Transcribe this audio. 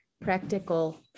practical